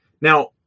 Now